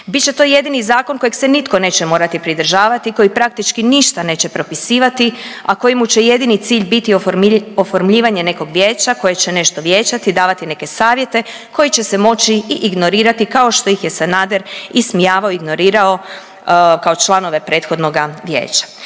Bit će to jedini zakon kojeg se nitko neće morati pridržavati i koji praktički ništa neće propisivati, a kojemu će jedini cilj biti oformljivanje nekog vijeća koje će nešto vijećati i davati neke savjete koji će se moći i ignorirati kao što ih je Sanader ismijavao, ignorirao kao članove prethodnoga vijeća.